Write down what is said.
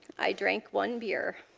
i drink one beer.